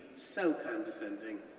so condescending,